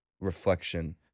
reflection